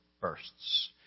bursts